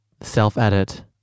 self-edit